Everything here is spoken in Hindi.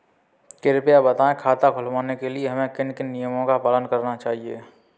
कृपया बताएँ खाता खुलवाने के लिए हमें किन किन नियमों का पालन करना चाहिए?